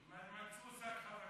מצאו שק חבטות.